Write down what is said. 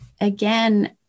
again